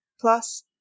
Plus